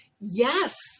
Yes